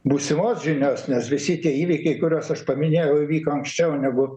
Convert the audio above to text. būsimos žinios nes visi tie įvykiai kuriuos aš paminėjau įvyko anksčiau negu